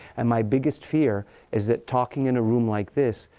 and my biggest fear is that talking in a room like this,